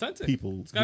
people